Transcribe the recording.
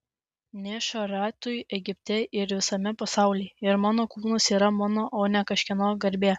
ne šariatui egipte ir visame pasaulyje ir mano kūnas yra mano o ne kažkieno garbė